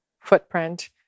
footprint